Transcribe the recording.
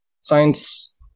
Science